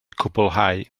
cwblhau